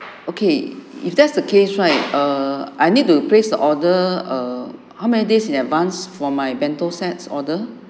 okay if that's the case right err I need to place the order err how many days in advance for my bento sets order